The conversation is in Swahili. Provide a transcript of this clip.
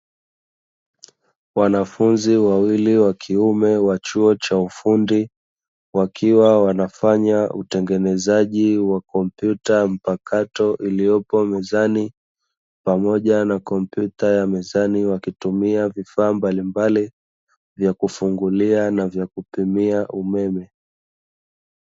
Wanafunzi wawili wa kiume wa chuo cha ufundi, wakiwa wanafanya utengenezaji wa kompyuta mpakato iliyopo mezani, pamoja na kompyuta ya mezani wakitumia vifaa vya kufungulia na vya kupimia umeme.